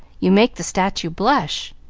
you make the statue blush!